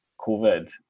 COVID